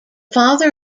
father